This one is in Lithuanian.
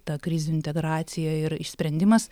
ta krizių integracija ir išsprendimas